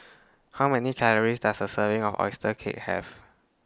How Many Calories Does A Serving of Oyster Cake Have